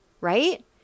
right